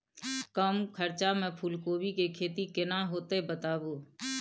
कम खर्चा में फूलकोबी के खेती केना होते बताबू?